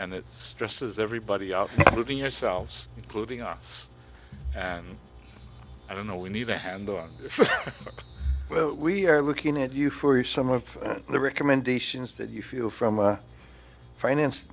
and it stresses everybody out of yourselves including us and i don't know we need a handle on what we are looking at you for some of the recommendations that you feel from a finance